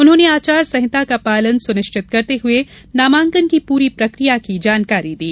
उन्होंने आचार संहिता का पालन सुनिष्वित करते हुए नामांकन की पूरी प्रकिया की जानकारी दी